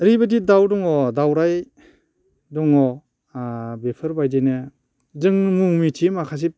ओरैबायदि दाउ दङ दाउराइ दङ ओ बेफोरबायदिनो जों मुं मिथियै माखासे